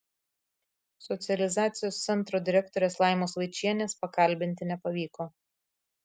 socializacijos centro direktorės laimos vaičienės pakalbinti nepavyko